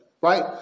right